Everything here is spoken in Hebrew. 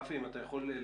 רפי, אם אתה יכול להגיב.